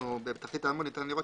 בתחתית העמוד ניתן לראות,